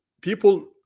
people